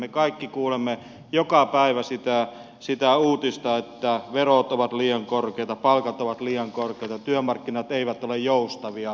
me kaikki kuulemme joka päivä sitä uutista että verot ovat liian korkeita palkat ovat liian korkeita työmarkkinat eivät ole joustavia